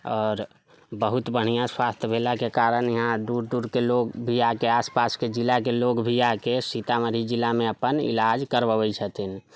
आओर बहुत बढ़िऑं स्वास्थ्य भेलाके कारण यहाँ दूर दूरके लोक भी आकऽ आस पासके जिलाके लोक भी आकऽ सीतामढ़ी जिलामे अपन इलाज करबबै छथिन